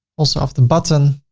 also off the button,